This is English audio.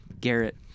Garrett